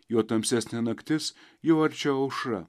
juo tamsesnė naktis jau arčiau aušra